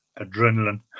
Adrenaline